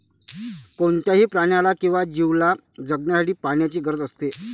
कोणत्याही प्राण्याला किंवा जीवला जगण्यासाठी पाण्याची गरज असते